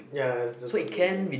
ya it's just a building